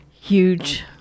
huge